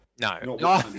No